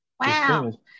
Wow